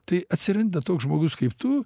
tai atsiranda toks žmogus kaip tu